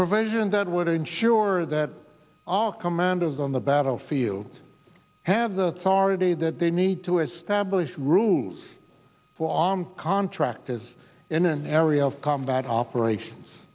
provision that would ensure that our commanders on the battlefield have the authority that they need to establish rules for armed contractors in an area of combat operations